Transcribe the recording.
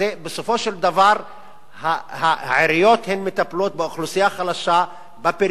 בסופו של דבר העיריות מטפלות באוכלוסייה החלשה בפריפריה,